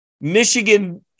Michigan